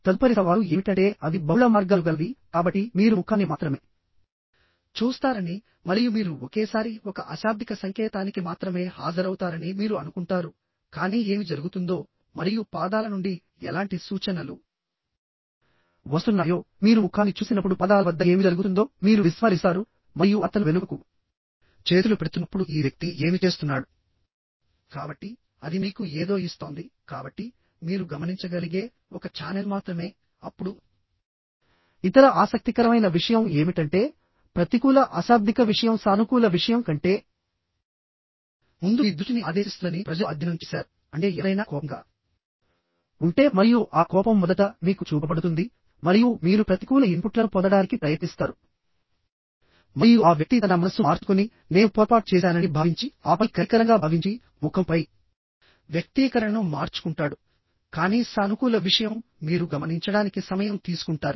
తదుపరి సవాలు ఏమిటంటే అవి బహుళ మార్గాలు గలవి కాబట్టి మీరు ముఖాన్ని మాత్రమే చూస్తారని మరియు మీరు ఒకేసారి ఒక అశాబ్దిక సంకేతానికి మాత్రమే హాజరవుతారని మీరు అనుకుంటారు కానీ ఏమి జరుగుతుందో మరియు పాదాల నుండి ఎలాంటి సూచనలు వస్తున్నాయో మీరు ముఖాన్ని చూసినప్పుడు పాదాల వద్ద ఏమి జరుగుతుందో మీరు విస్మరిస్తారు మరియు అతను వెనుకకు చేతులు పెడుతున్నప్పుడు ఈ వ్యక్తి ఏమి చేస్తున్నాడు కాబట్టి అది మీకు ఏదో ఇస్తోంది కాబట్టి మీరు గమనించగలిగే ఒక ఛానెల్ మాత్రమే అప్పుడు ఇతర ఆసక్తికరమైన విషయం ఏమిటంటే ప్రతికూల అశాబ్దిక విషయం సానుకూల విషయం కంటే ముందు మీ దృష్టిని ఆదేశిస్తుందని ప్రజలు అధ్యయనం చేశారు అంటే ఎవరైనా కోపంగా ఉంటే మరియు ఆ కోపం మొదట మీకు చూపబడుతుంది మరియు మీరు ప్రతికూల ఇన్పుట్లను పొందడానికి ప్రయత్నిస్తారు మరియు ఆ వ్యక్తి తన మనసు మార్చుకుని నేను పొరపాటు చేశానని భావించి ఆపై కనికరంగా భావించి ముఖంపై వ్యక్తీకరణను మార్చుకుంటాడు కానీ సానుకూల విషయం మీరు గమనించడానికి సమయం తీసుకుంటారు